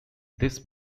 this